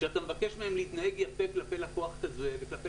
כשאתה מבקש מהם להתנהג יפה כלפי לקוח כזה וכלפי